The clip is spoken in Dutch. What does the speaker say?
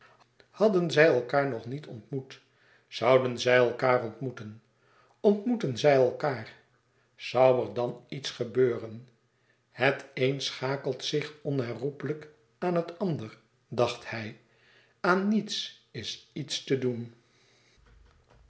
hadden zij elkaâr nog niet ontmoet zouden zij elkaâr ontmoeten ontmoetten zij elkaâr zoû er dan iets gebeuren het een schakelt zich onherroepelijk aan het ander dacht hij aan niets is iets te doen